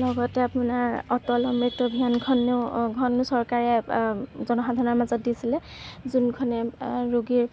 লগতে আপোনাৰ অটল অমৃত অভিযানখনেও চৰকাৰে জনসাধাৰণৰ মাজত দিছিলে যোনখনে ৰোগীৰ